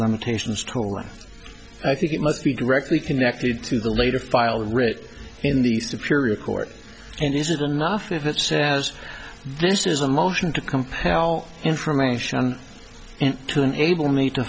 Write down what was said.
limitations total i think it must be directly connected to the later file writ in the superior court and is it enough if it says this is a motion to compel information to enable me to